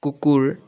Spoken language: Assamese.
কুকুৰ